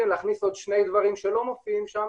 להכניס עוד שני דברים שלא מופיעים שם,